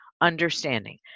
understanding